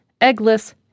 eggless